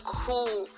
cool